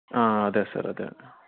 ಹಾಂ ಅದೇ ಸರ್ ಅದೇ ಅದೇ